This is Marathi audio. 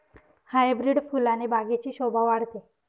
हायब्रीड फुलाने बागेची शोभा वाढते